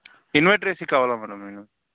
inverter AC కావాలి madam నేను